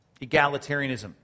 Egalitarianism